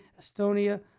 Estonia